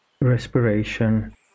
respiration